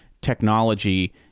technology